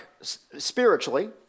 spiritually